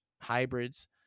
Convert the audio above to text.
hybrids